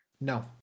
no